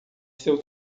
seu